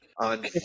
on